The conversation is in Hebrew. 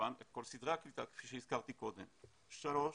הדבר השלישי.